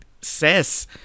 says